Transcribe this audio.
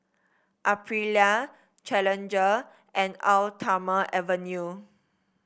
Aprilia Challenger and Eau Thermale Avene